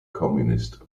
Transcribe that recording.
communist